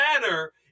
manner